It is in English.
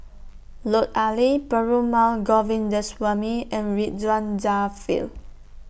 Lut Ali Perumal Govindaswamy and Ridzwan Dzafir